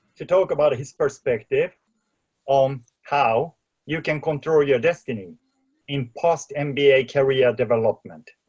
to talk about his perspective on how you can control your destiny in post-mba career development.